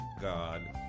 god